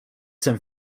some